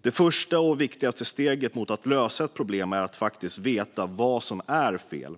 Det första och viktigaste steget mot att lösa ett problem är att faktiskt veta vad som är fel.